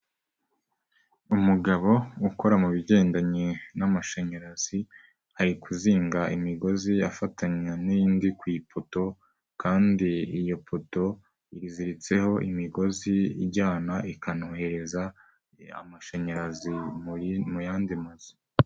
Umugabo ukora mu bigendanye n'amashanyarazi, ari kuzinga imigozi afatanya n'indi ku ipoto, kandi iyo poto, iziritseho imigozi ijyana ikanohereza, amashanyarazi mu yandi mazu.